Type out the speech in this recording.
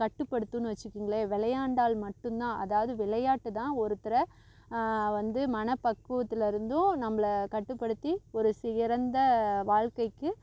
கட்டுப்படுத்துன்னு வச்சிக்கங்களேன் விளையாண்டாள் மட்டும் தான் அதாவது விளையாட்டு தான் ஒருத்தரை வந்து மனப்பக்குவத்துலேருந்தும் நம்பளை கட்டுப்படுத்தி ஒரு சிறந்த வாழ்க்கைக்கு